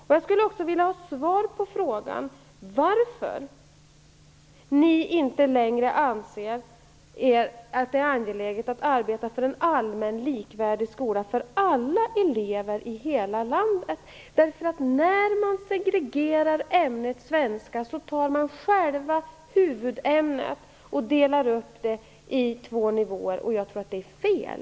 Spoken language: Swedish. Varför anser socialdemokraterna inte längre att det är angeläget att arbeta för en allmän, likvärdig skola för alla i hela landet? När man segregerar ämnet svenska tar man själva huvudämnet och delar upp det på två nivåer, och jag tror att det är fel.